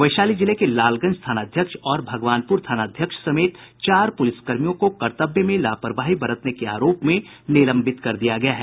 वैशाली जिले के लालगंज थानाध्यक्ष और भगवानपुर थानाध्यक्ष समेत चार पुलिसकर्मियों को कर्तव्य में लापरवाही बरतने के आरोप में निलंबित कर दिया गया है